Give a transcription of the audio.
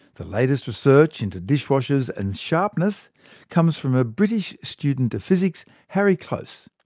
the latest research into dishwashers and sharpness comes from a british student of physics, harry close,